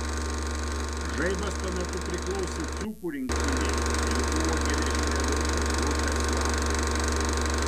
žaibas tuo metu priklausė dzūkų rinktinei ir buvo geležinio vilko grupės vadas